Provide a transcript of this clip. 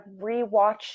rewatched